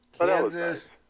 Kansas